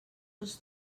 els